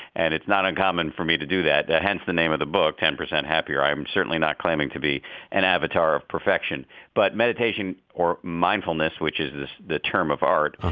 and it's not uncommon for me to do that, hence the name of the book, ten percent happier. i am certainly not claiming to be an avatar of perfection but meditation or mindfulness, which is the term of art,